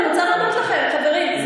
אני רוצה לענות לכם, חברים.